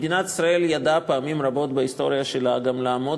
מדינת ישראל ידעה פעמים רבות בהיסטוריה שלה גם לעמוד